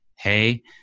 hey